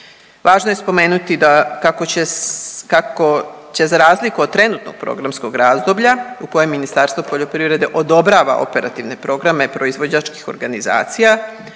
Važno je spomenuti da kako će za razliku od trenutnog programskog razdoblja u kojem Ministarstvo poljoprivrede odobrava operativne programe proizvođačkih organizacija